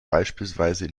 beispielsweise